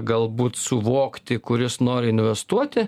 galbūt suvokti kuris nori investuoti